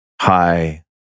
hi